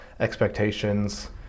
expectations